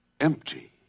Empty